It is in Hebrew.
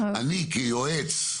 אני כיועץ,